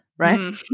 right